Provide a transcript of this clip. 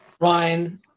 Ryan